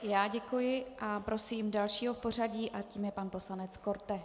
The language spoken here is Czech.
I já děkuji a prosím dalšího v pořadí, a tím je pan poslanec Korte.